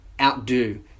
outdo